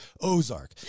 Ozark